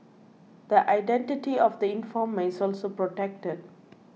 the identity of the informer is also protected